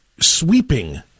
sweeping